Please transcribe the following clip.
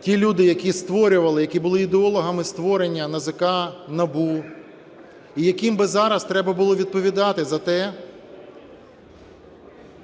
ті люди, які створювали, які були ідеологами створення НАЗК, НАБУ, і яким би зараз треба було відповідати за те,